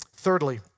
Thirdly